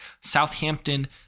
Southampton